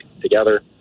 together